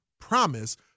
promise